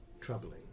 troubling